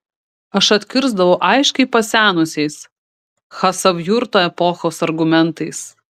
aš atkirsdavau aiškiai pasenusiais chasavjurto epochos argumentais